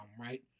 right